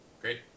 Great